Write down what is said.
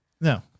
no